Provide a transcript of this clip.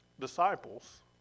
disciples